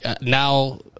now